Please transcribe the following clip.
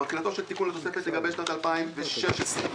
תחילתו של התיקון לתוספת לגבי שנת המס 2016,